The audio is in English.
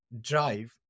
drive